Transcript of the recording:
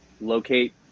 locate